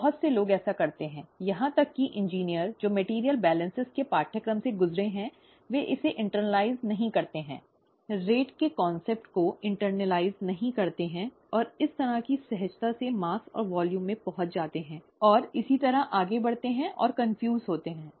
बहुत से लोग ऐसा करते हैं यहां तक कि इंजीनियर जो मेटेरियल संतुलन के पाठ्यक्रमों से गुजरे हैं वे इसे आंतरिक नहीं करते हैं दर की अवधारणा को इंटेरनलिज़ नहीं करते हैं और इस तरह की सहजता से द्रव्यमान और मात्रा में पहुंच जाते हैं और इसी तरह आगे बढ़ते हैं और भ्रमित होते हैं